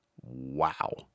Wow